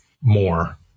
more